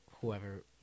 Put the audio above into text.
whoever